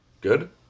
Good